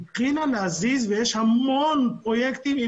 היא התחילה להזיז ויש המון פרויקטים.